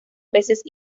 peces